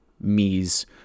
me's